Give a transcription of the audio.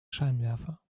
scheinwerfer